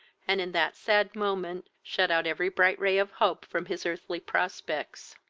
and in that sad moment shut out every bright ray of hope from his earthly prospects.